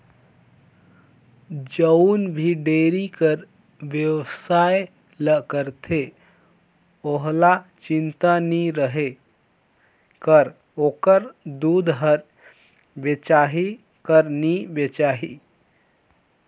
जउन भी डेयरी कर बेवसाय ल करथे ओहला चिंता नी रहें कर ओखर दूद हर बेचाही कर नी बेचाही